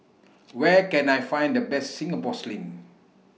Where Can I Find The Best Singapore Sling